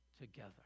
together